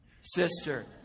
sister